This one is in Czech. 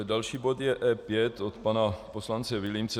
Další bod je E5 od pana poslance Vilímce.